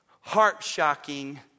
heart-shocking